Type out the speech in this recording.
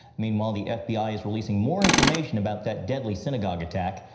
meanwhile the fbi is releasing more information about that deadly synagogue attack.